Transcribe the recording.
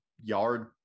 yard